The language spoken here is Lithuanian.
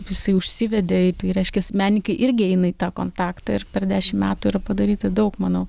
jisai užsivedė tai reiškias menininkai irgi eina į tą kontaktą ir per dešim metų yra padaryta daug manau